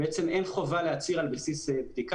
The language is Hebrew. בעצם אין חובה להצהיר על בסיס תקווה.